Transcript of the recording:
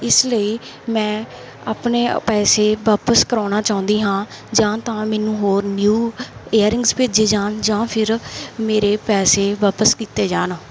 ਇਸ ਲਈ ਮੈਂ ਆਪਣੇ ਪੈਸੇ ਵਾਪਸ ਕਰਾਉਣਾ ਚਾਹੁੰਦੀ ਹਾਂ ਜਾਂ ਤਾਂ ਮੈਨੂੰ ਹੋਰ ਨਿਊ ਏਅਰਿੰਗਸ ਭੇਜੇ ਜਾਣ ਜਾਂ ਫਿਰ ਮੇਰੇ ਪੈਸੇ ਵਾਪਸ ਕੀਤੇ ਜਾਣ